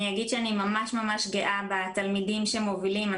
אני אגיד שאני ממש גאה בתלמידים שמובילים.